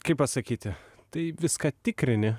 kaip pasakyti tai viską tikrini